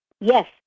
Yes